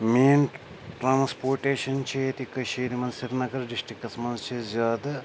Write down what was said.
main transportation چھِ ییٚتہِ کٔشیٖرِ منٛز سریٖنگر ڈِسٹِرٛکَس منٛز چھِ زیادٕ